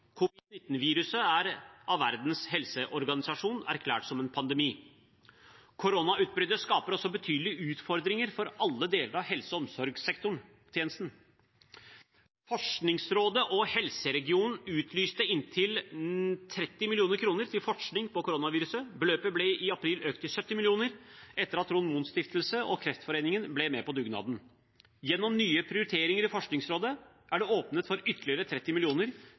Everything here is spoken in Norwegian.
er av Verdens helseorganisasjon erklært som en pandemi. Koronautbruddet skaper også betydelige utfordringer for alle deler av helse- og omsorgstjenesten. Forskningsrådet og helseregionene utlyste inntil 30 mill. kr til forskning på koronaviruset. Beløpet ble i april økt til 70 mill. kr etter at Trond Mohn Stiftelse og Kreftforeningen ble med på dugnaden. Gjennom nye prioriteringer i Forskningsrådet er det åpnet for ytterligere 30